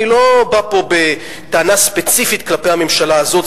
אני לא בא פה בטענה ספציפית כלפי הממשלה הזאת,